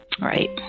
Right